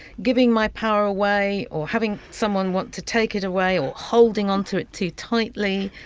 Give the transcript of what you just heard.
giving my power away or having someone want to take it away or holding on to it too tightly.